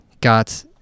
got